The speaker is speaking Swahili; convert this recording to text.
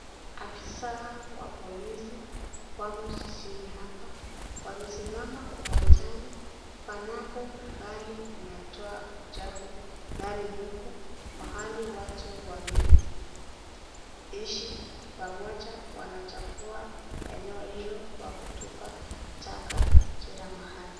Afisa wa polisi wamo jijini hapa wamesimama uwanjani panapo gari inatoa uchafu ndani huku mahali watu wameishi pamoja wanachafua eneo hilo kwa kutupa taka kila mahali.